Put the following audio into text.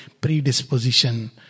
predisposition